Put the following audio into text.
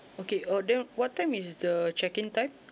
okay uh then what time is the check in time